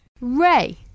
Ray